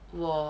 我